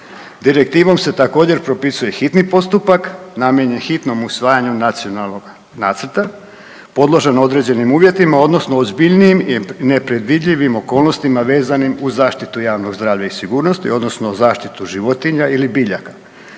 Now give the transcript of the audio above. direktivom se također propisuje hitni postupak, namijenjen hitnom usvajanju nacionalnog nacrta, podložan određenim uvjetima odnosno ozbiljnijim i nepredvidljivim okolnostima vezanim uz zaštitu javnog zdravlja i sigurnosti odnosno zaštitu životinja ili biljaka.